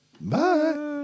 Bye